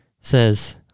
says